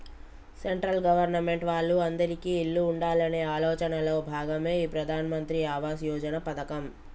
central government వాళ్ళు అందిరికీ ఇల్లు ఉండాలనే ఆలోచనలో భాగమే ఈ ప్రధాన్ మంత్రి ఆవాస్ యోజన పథకం